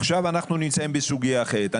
עכשיו אנחנו נמצאים בסוגיה אחרת.